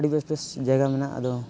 ᱟᱹᱰᱤ ᱵᱮᱥ ᱵᱮᱥ ᱡᱟᱭᱜᱟ ᱢᱮᱱᱟᱜ ᱟᱫᱚ